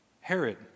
Herod